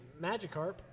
Magikarp